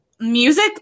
Music